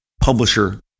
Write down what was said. publisher